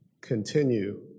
continue